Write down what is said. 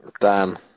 Dan